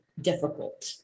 difficult